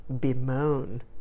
bemoan